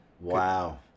wow